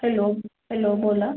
hello hello बोला